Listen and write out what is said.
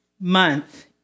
month